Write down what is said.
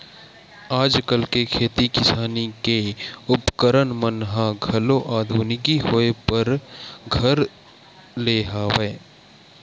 आजकल के खेती किसानी के उपकरन मन ह घलो आधुनिकी होय बर धर ले हवय